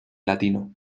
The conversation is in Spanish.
latino